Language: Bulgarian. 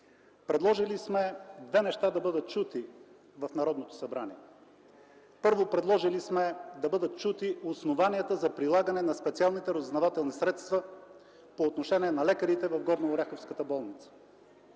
предложили сме две неща да бъдат чути в Народното събрание. Първо, предложили сме да бъдат чути основанията за прилагане на специалните разузнавателни средства по отношение на лекарите в горнооряховската болница.